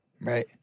Right